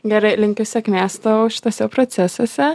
gerai linkiu sėkmės tau šituose procesuose